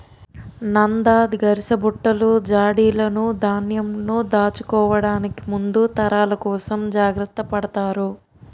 నంద, గరిసబుట్టలు, జాడీలును ధాన్యంను దాచుకోవడానికి ముందు తరాల కోసం జాగ్రత్త పడతారు